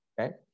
Okay